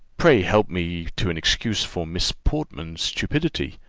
pray help me to an excuse for miss portman's stupidity,